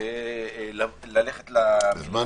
ללכת למליאה.